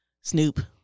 snoop